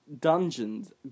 dungeons